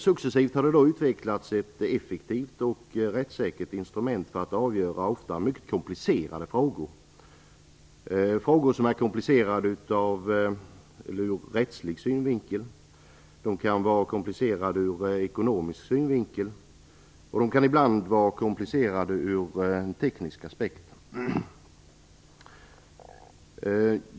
Successivt har ett effektivt och rättssäkert instrument utvecklats för att avgöra ofta mycket komplicerade frågor, frågor som är komplicerade ur rättslig synvinkel, ur ekonomisk synvinkel eller ur teknisk aspekt.